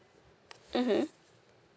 mmhmm